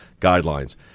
guidelines